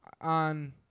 on